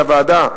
בוועדה.